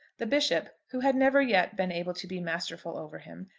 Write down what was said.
the bishop, who had never yet been able to be masterful over him,